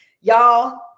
Y'all